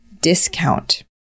discount